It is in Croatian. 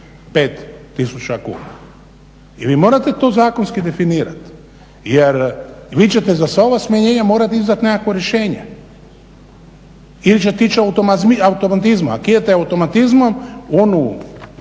5000 kuna. I vi morate to zakonski definirat jer vi ćete za sva ova smanjenja morat izdat nekakvo rješenje ili … automatizma. Ako idete automatizmom u onu